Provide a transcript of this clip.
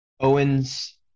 Owens